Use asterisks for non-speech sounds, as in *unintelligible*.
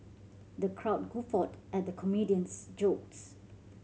the crowd guffawed at the comedian's *unintelligible*